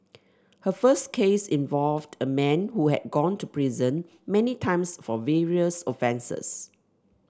her first case involved a man who had gone to prison many times for various offences